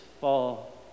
fall